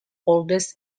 oldest